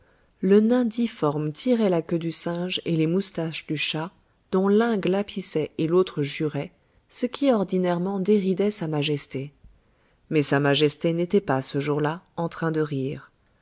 le nain difforme tirait la queue du singe et les moustaches du chat dont l'un glapissait et l'autre jurait ce qui ordinairement déridait sa majesté mais sa majesté n'était pas ce jour-là en train de rire